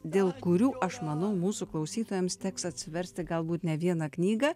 dėl kurių aš manau mūsų klausytojams teks atsiversti galbūt ne vieną knygą